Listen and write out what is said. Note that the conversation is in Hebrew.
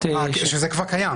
תיפתח.